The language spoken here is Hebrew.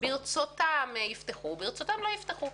ברצותם יפתחו, ברצותם לא יפתחו.